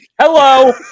Hello